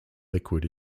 liquid